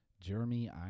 Jeremy